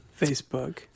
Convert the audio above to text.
facebook